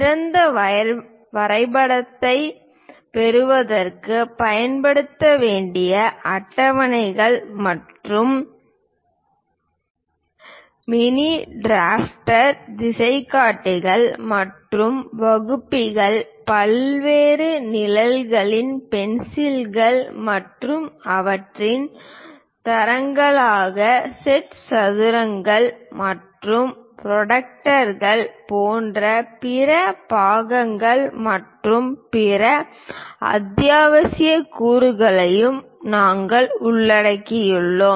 சிறந்த வரைபடத்தைப் பெறுவதற்குப் பயன்படுத்த வேண்டிய அட்டவணைகள் மற்றும் மினி டிராஃப்டர் திசைகாட்டிகள் மற்றும் வகுப்பிகள் பல்வேறு நிழல்களின் பென்சில்கள் மற்றும் அவற்றின் தரங்களாக செட் சதுரங்கள் மற்றும் புரோட்டராக்டர் போன்ற பிற பாகங்கள் மற்றும் பிற அத்தியாவசிய கூறுகளையும் நாங்கள் உள்ளடக்கியுள்ளோம்